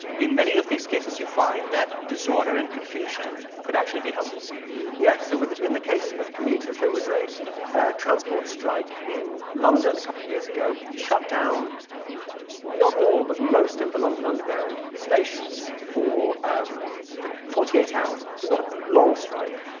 in many of these cases, you find that disorder and confusion could actually be helpful yeah. so with in the case of commuters, there was a transport strike in london a couple years ago shut down not all but most of the london underground stations for um for forty eight hours. so not a long strike,